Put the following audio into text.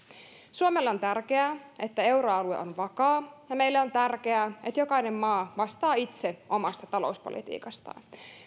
suomelle on tärkeää että euroalue on vakaa ja meille on tärkeää että jokainen maa vastaa itse omasta talouspolitiikastaan